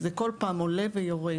זה כל פעם עולה ויורד,